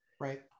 Right